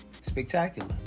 spectacular